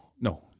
No